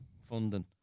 funding